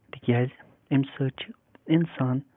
تِکیازِ اَمہِ سۭتۍ چھُ اِنسان